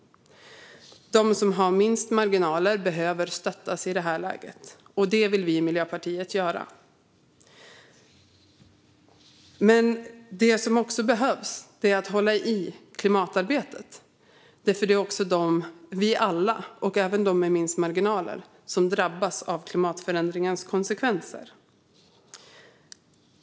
De som har minst marginaler behöver stöttas i det här läget. Det vill vi i Miljöpartiet göra. Men det som också behövs är att man håller i klimatarbetet, eftersom vi alla, även de med minst marginaler, drabbas av klimatförändringarnas konsekvenser.